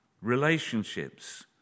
relationships